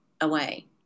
away